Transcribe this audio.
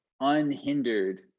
unhindered